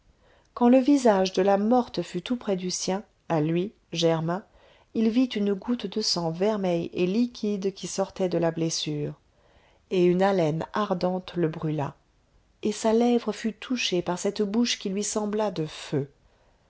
quand le visage de la morte fut tout près du sien à lui germain il vit une goutte de sang vermeil et liquide qui sortait de la blessure et une haleine ardente le brûla et sa lèvre fut touchée par cette bouche qui lui sembla de feu